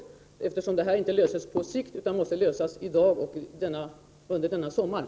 Det här är ju inte något som löses på sikt, utan det måste lösas i dag — eller åtminstone under sommaren.